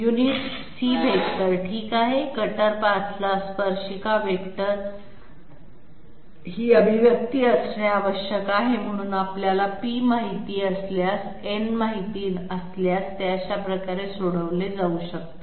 unit c vector ठीक आहे कटर पाथला स्पर्शिका वेक्टर ही अभिव्यक्ती असणे आवश्यक आहे म्हणजे आपल्याला p माहित असल्यास आणि n माहित असल्यास ते अशा प्रकारे सोडवले जाऊ शकते